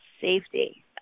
safety